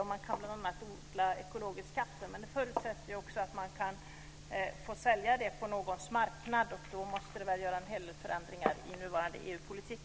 Bl.a. annat kan man odla ekologiskt kaffe, men det förutsätter ju också att man kan få sälja det på någons marknad. I så fall måste väl en hel del förändringar göras i EU:s politik.